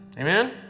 Amen